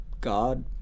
God